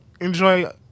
enjoy